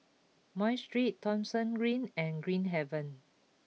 my Street Thomson Green and Green Haven